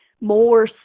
more